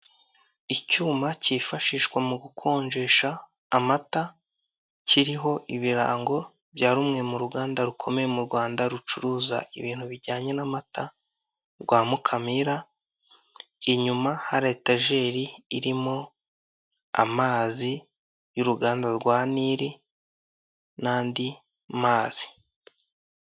Icyuma cyifashishwa mu gukonjesha amata, kiriho ibirango bya rumwe mu ruganda rukomeye mu Rwanda rucuruza ibintu bijyanye n'amata rwa Mukamira, inyuma hari etajeri irimo amazi y'uruganda rwa nili n'andi mazi.